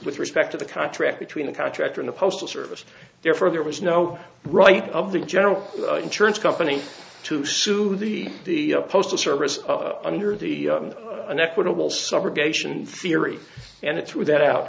with respect to the contract between the contractor in the postal service therefore there was no right of the general insurance company to sue the postal service under the an equitable subrogation theory and it threw that out